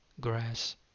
grass